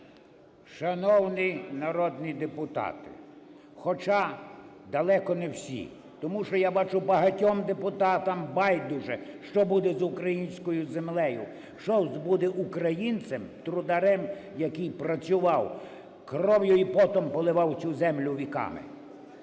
Шановні народні депутати, хоча далеко не всі. Тому що, я бачу, багатьом депутатам байдуже, що буде з українською землею, що буде з українцем–трударем, який працював, кров'ю і потом поливав цю землю віками.